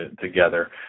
together